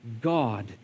God